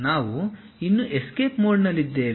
ನಾವು ಇನ್ನೂ ಎಸ್ಕೇಪ್ ಮೋಡ್ನಲ್ಲಿದ್ದೇವೆ